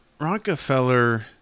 Rockefeller